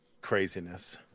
craziness